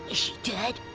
dead?